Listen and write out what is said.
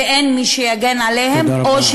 ואין מי שיגן עליהם, תודה רבה.